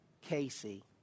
Casey